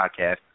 podcast